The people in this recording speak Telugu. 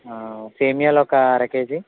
సేమియాలు ఒక అర కేజీ